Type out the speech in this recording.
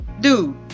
dude